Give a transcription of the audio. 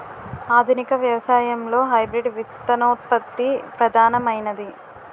ఆధునిక వ్యవసాయంలో హైబ్రిడ్ విత్తనోత్పత్తి ప్రధానమైనది